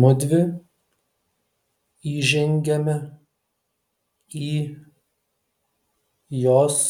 mudvi įžengiame į jos